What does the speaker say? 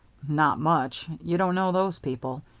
not much. you don't know those people.